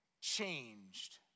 changed